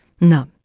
No